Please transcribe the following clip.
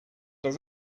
does